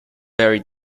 very